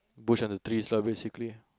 bush and the trees lah basically